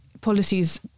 policies